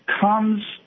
comes